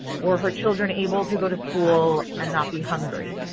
were her children able to go to school and not be hungry?